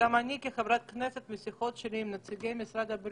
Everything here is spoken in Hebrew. וגם אני כחברת כנסת בעצמי מבולבלת מהשיחות שלי עם נציגי בריאות.